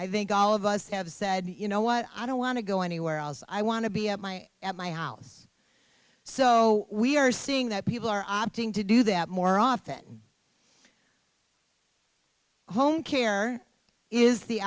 i think all of us have said you know what i don't want to go anywhere else i want to be at my at my house so we are seeing that people are opting to do that more often home care is the